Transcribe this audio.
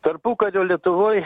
tarpukario lietuvoj